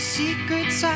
secrets